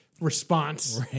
response